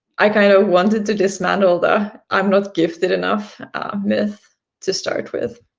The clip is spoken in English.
i kind of wanted to dismantle the i'm not gifted enough myth to start with.